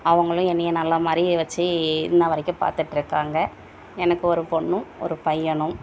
அவர்களும் என்னை நல்ல மாதிரி வச்சு இன்று வரைக்கும் பார்த்துட்டு இருக்காங்க எனக்கு ஒரு பெண்ணும் ஒரு பையனும்